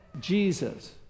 Jesus